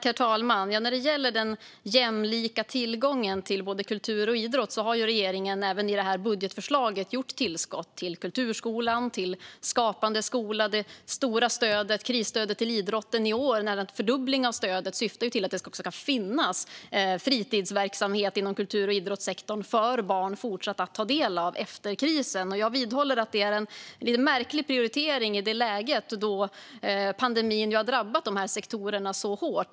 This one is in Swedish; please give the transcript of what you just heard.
Herr talman! När det gäller den jämlika tillgången till kultur och idrott har regeringen även i detta budgetförslag gjort tillskott till kulturskolan och till Skapande skola. Det stora krisstödet till idrotten i år - nära en fördubbling av stödet - syftar till att det ska finnas fritidsverksamhet inom kultur och idrottssektorn för barn att ta del av även efter krisen. Jag vidhåller att det är en lite märklig prioritering i detta läge, då pandemin ju har drabbat dessa sektorer så hårt.